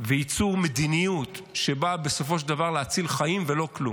וייצור מדיניות שבאה בסופו של דבר להציל חיים ולא כלום.